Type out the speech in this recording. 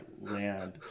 land